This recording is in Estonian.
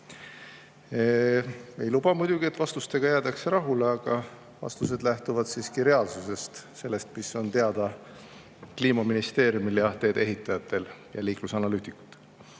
Ei luba muidugi, et vastustega jäädakse rahule, aga vastused lähtuvad siiski reaalsusest, sellest, mis on teada Kliimaministeeriumile, teede ehitajatele ja liiklusanalüütikutele.